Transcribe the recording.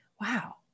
wow